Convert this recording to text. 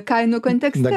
kainų kontekste